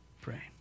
pray